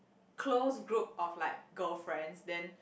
close group of like girlfriends then